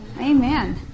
Amen